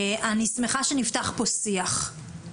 אני שמחה שנפתח פה שיח.